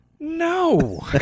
no